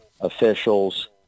officials